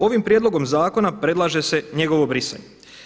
Ovim prijedlogom zakona predlaže se njegovo brisanje.